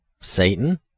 Satan